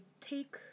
take